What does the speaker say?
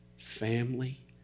family